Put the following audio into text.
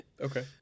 Okay